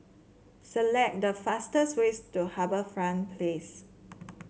select the fastest ways to HarbourFront Place